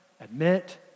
admit